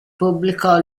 pubblicò